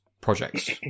projects